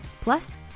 plus